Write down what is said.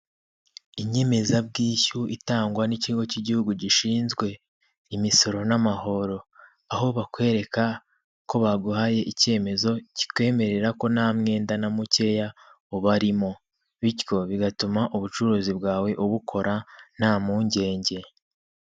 Inyemezabwishyu itangwa n'ikigo cy'igihugu gishinzwe imisoro n'amahoro; aho bakwereka ko baguhaye icyemezo kikwemerera ko nta mwenda na mukeya ubarimo bityo bigatuma ubucuruzi bwawe ubukora nta mpungenge.